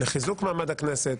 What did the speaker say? לחיזוק מעמד הכנסת.